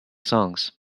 songs